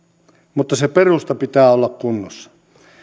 mutta sen perustan pitää olla kunnossa